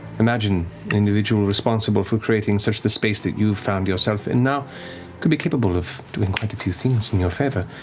imagine an individual responsible for creating such the space that you've found yourself in now could be capable of doing quite a few things in your favor.